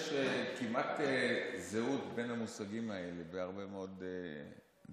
יש כמעט זהות בין המושגים האלה בהרבה מאוד דברים.